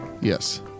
Yes